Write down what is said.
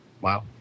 Wow